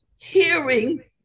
hearing